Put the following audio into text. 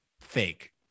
fake